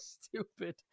stupid